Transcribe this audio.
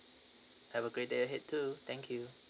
have a great day ahead too thank you